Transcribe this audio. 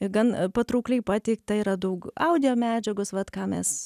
gan patraukliai pateikta yra daug audio medžiagos vat ką mes